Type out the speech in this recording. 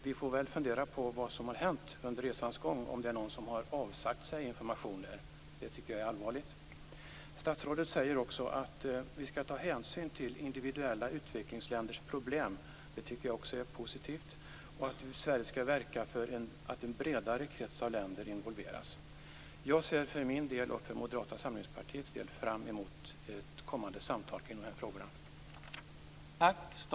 Vi får väl fundera på vad som har hänt under resans gång, om det är någon som har avsagt sig information. Det tycker jag är allvarligt. Statsrådet säger också att vi skall ta hänsyn till individuella utvecklingsländers problem - det tycker jag också är positivt - och att Sverige skall verka för att en bredare krets av länder involveras. Jag ser för min del och för Moderata samlingspartiets del fram emot ett kommande samtal kring de här frågorna.